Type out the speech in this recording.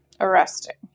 arresting